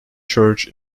church